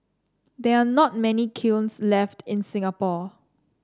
there are not many kilns left in Singapore